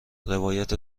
روایت